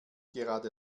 gerade